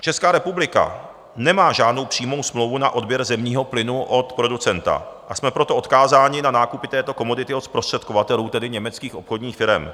Česká republika nemá žádnou přímou smlouvu na odběr zemního plynu od producenta, a jsme proto odkázáni na nákupy této komodity od zprostředkovatelů, tedy německých obchodních firem.